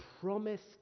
promised